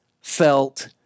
felt